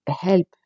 help